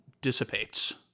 dissipates